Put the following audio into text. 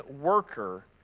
worker